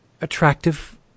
attractive